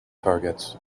targets